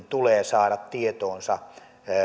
tulee saada tietoonsa